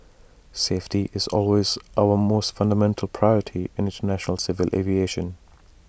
safety is always our most fundamental priority in International civil aviation